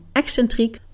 excentriek